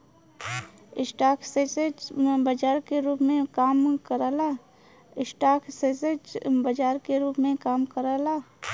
stock exchange बाजार के रूप में काम करला